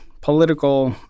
political